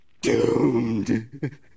doomed